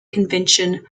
convention